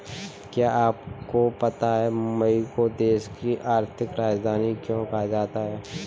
क्या आपको पता है मुंबई को देश की आर्थिक राजधानी क्यों कहा जाता है?